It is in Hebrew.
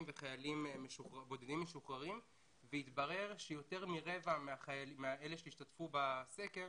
וחיילים בודדים משוחררים והתברר שליותר מרבע מהמשתתפים בסקר